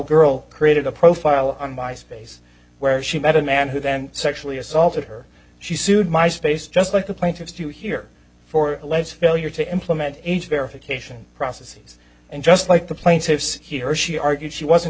girl created a profile on my space where she met a man who then sexually assaulted her she sued my space just like the plaintiffs do here for alleged failure to implement age verification process seize and just like the plaintiffs he or she argued she wasn't